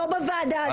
לא בוועדה הזו.